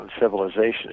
civilizations